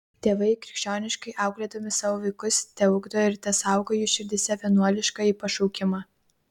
tėvai krikščioniškai auklėdami savo vaikus teugdo ir tesaugo jų širdyse vienuoliškąjį pašaukimą